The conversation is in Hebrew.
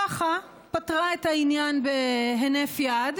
ככה פתרה את העניין בהינף יד,